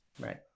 Right